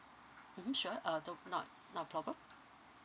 mm sure uh not no problem